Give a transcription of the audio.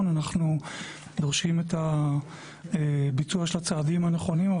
אנחנו דורשים את הביצוע של הצעדים הנכונים,